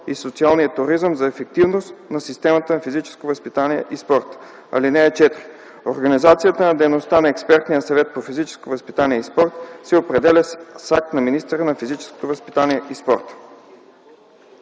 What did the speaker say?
и социалният туризъм за ефективност на системата на физическото възпитание и спорта. (4) Организацията на дейността на Експертния съвет по физическо възпитание и спорт се определя с акт на министъра на физическото възпитание и спорта.”